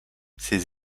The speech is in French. ces